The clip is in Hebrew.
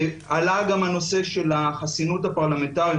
עלה גם הנושא של החסינות הפרלמנטרית.